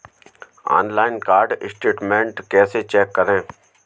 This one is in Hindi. ऑनलाइन कार्ड स्टेटमेंट कैसे चेक करें?